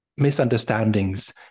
misunderstandings